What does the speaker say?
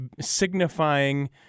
signifying